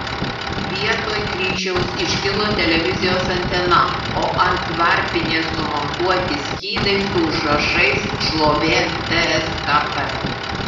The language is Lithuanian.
vietoj kryžiaus iškilo televizijos antena o ant varpinės sumontuoti skydai su užrašais šlovė tskp